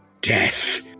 death